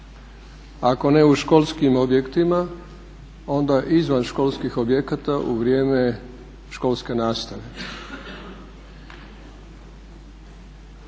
ako ne u školskim objektima onda izvan školskih objekata u vrijeme školske nastave.